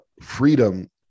freedom